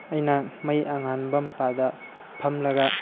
ꯑꯩꯅ ꯃꯩ ꯑꯉꯥꯟꯕ ꯃꯄꯥꯗ ꯐꯝꯂꯒ